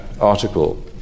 article